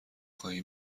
خواهی